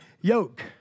yoke